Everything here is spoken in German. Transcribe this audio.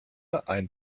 ein